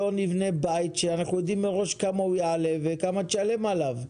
למה שלא נבנה בית שאנחנו יודעים מראש כמה הוא יעלה וכמה תשלם עליו?